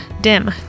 DIM